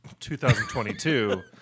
2022